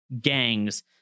gangs